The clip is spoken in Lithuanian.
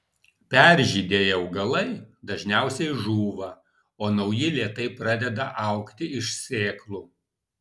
peržydėję augalai dažniausiai žūva o nauji lėtai pradeda augti iš sėklų